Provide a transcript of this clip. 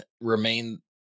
remain